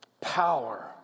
power